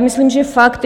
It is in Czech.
Myslím, že je fakt